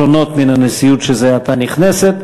שונות מאלה של הנשיאות שזה עתה נכנסת.